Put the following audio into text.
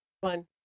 one